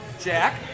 Jack